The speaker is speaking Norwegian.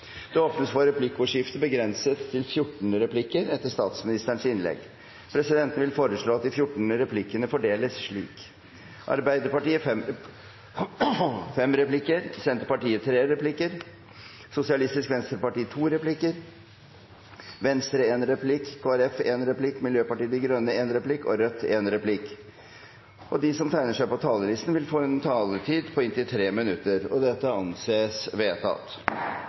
Det åpnes for replikkordskifte begrenset til 14 replikker etter statsministerens innlegg. Presidenten vil foreslå at de 14 replikkene fordeles slik: Arbeiderpartiet fem replikker, Senterpartiet tre replikker, Sosialistisk Venstreparti to replikker, Venstre en replikk, Kristelig Folkeparti en replikk, Miljøpartiet De Grønne en replikk og Rødt en replikk. De som tegner seg på talerlisten, vil få en taletid på inntil 3 minutter. – Det anses vedtatt.